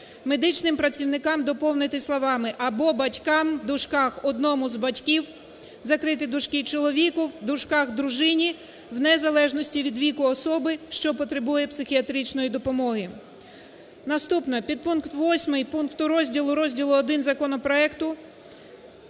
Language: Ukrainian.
"медичним працівникам" доповнити словами "або батькам, в дужках, одному з батьків, закрити дужки, чоловіку, в дужках, дружині, в незалежності від віку особи, що потребує психіатричної допомоги. Наступне. Підпункт 8 пункту розділу, розділу І законопроекту